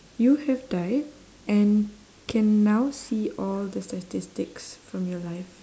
you have died and can now see all the statistics from your life